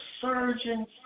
surgeon's